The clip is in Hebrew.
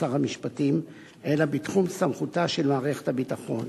שר המשפטים אלא בתחום סמכותה של מערכת הביטחון.